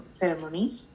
ceremonies